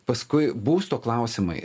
paskui būsto klausimai